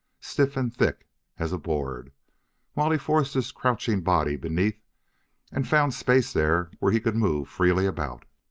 stiff and thick as a board while he forced his crouching body beneath and found space there where he could move freely about.